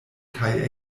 kaj